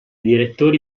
direttori